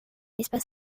espace